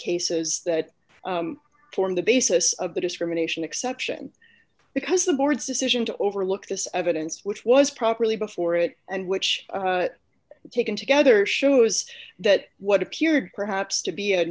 cases that form the basis of the discrimination exception because the board's decision to overlook this evidence which was properly before it and which taken together shows that what appeared perhaps to be a